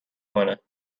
کنه